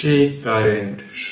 সুতরাং এই মোট চার্জ q